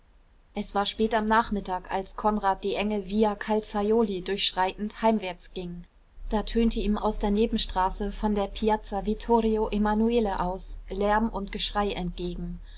es war spät am nachmittag als konrad die enge via calzaioli durchschreitend heimwärts ging da tönte ihm aus der nebenstraße von der piazza vittorio emanuele aus lärm und geschrei entgegen